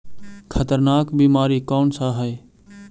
खतरनाक बीमारी कौन सा है?